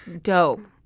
Dope